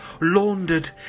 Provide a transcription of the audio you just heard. laundered